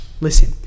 Listen